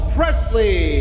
Presley